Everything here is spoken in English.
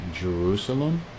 Jerusalem